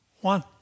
one